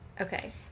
Okay